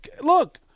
look